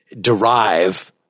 derive